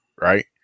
Right